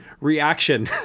reaction